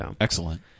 Excellent